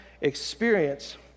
experience